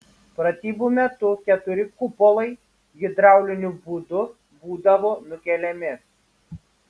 pratybų metu keturi kupolai hidrauliniu būdu būdavo nukeliami